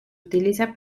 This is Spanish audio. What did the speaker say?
utiliza